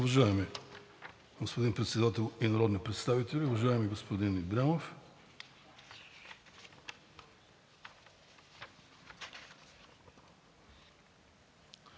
Уважаеми господин Председател и народни представители, уважаеми господин Ибрямов!